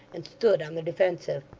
and stood on the defensive.